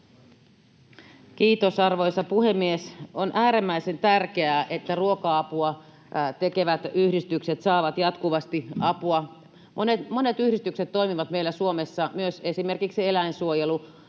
Kiitos, arvoisa puhemies! On äärimmäisen tärkeää, että ruoka-apua tekevät yhdistykset saavat jatkuvasti apua. Monet yhdistykset toimivat meillä Suomessa, myös esimerkiksi eläinsuojelu